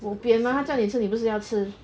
bo pian mah 他叫你吃你不是要吃